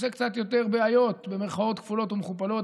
עושה קצת יותר "בעיות" במירכאות כפולות ומכופלות.